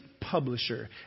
publisher